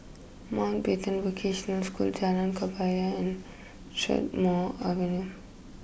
Mountbatten Vocational School Jalan Kebaya and Strathmore Avenue